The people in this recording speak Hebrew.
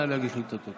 נא להגיש לי את התוצאות.